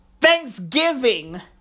Thanksgiving